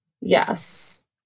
Yes